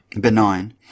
Benign